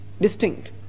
distinct